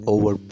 Over